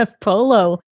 Polo